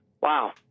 wow